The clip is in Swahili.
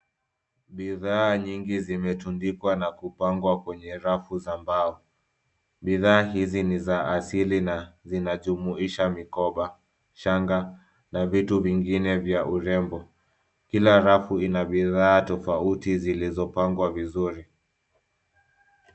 Bidhaa nyingi zimetundikwa na kupangwa kwenye rafu za mbao. Bidhaa hizi ni za asili na zinajumuisha mikoba, shanga, na vitu vingine vya urembo. Kila rafu ina bidhaa tofauti zilizopangwa vizuri.